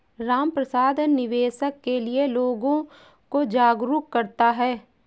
रामप्रसाद निवेश के लिए लोगों को जागरूक करता है